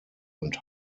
und